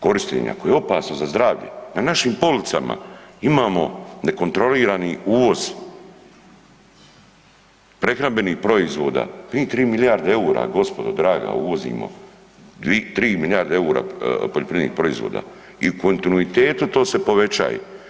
Korištenja, to je opasno za zdravlje, na našim policama imamo nekontrolirani uvoz prehrambenih proizvoda, mi 3 milijarde eura, gospodo draga, uvozimo, 2, 3 milijarde eura poljoprivrednih proizvoda i u kontinuitetu to se povećava.